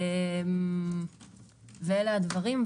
אלה הדברים.